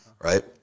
right